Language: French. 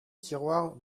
tiroir